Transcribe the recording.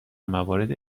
موارد